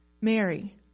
Mary